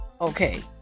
Okay